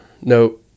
No